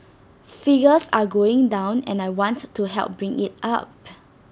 figures are going down and I wants to help bring IT up